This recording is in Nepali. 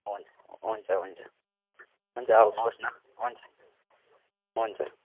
हुन्छ हुन्छ हुन्छ हुन्छ आउनुहोस् न हुन्छ हुन्छ